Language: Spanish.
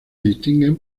distinguen